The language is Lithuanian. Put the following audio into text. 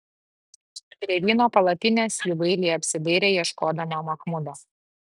prie vyno palapinės ji bailiai apsidairė ieškodama machmudo